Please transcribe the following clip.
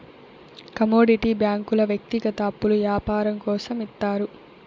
commodity బ్యాంకుల వ్యక్తిగత అప్పులు యాపారం కోసం ఇత్తారు